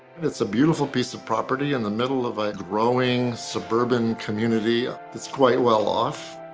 it's a beautiful piece of property in the middle of a growing suburban community that's quite well-off.